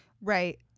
Right